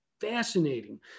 fascinating